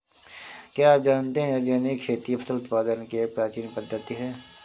क्या आप जानते है ऑर्गेनिक खेती फसल उत्पादन की एक प्राचीन पद्धति है?